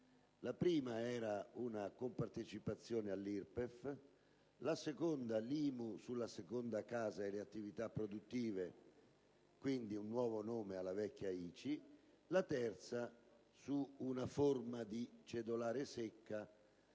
La prima era la compartecipazione all'IRPEF; la seconda, l'IMU sulla seconda casa e le attività produttive (in sostanza, un nuovo nome alla vecchia ICI); la terza, una forma di cedolare secca,